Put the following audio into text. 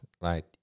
right